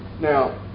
Now